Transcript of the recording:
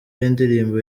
y’indirimbo